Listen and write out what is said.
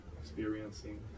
experiencing